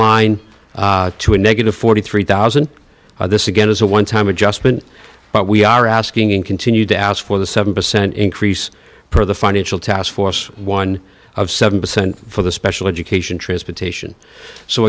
line to a negative forty three thousand dollars this again is a one time adjustment but we are asking and continue to ask for the seven percent increase per the financial task force one of seven percent for the special education transportation so